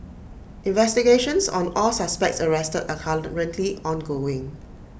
investigations on all suspects arrested are currently ongoing